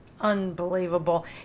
Unbelievable